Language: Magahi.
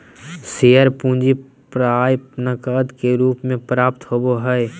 शेयर पूंजी प्राय नकद के रूप में प्राप्त होबो हइ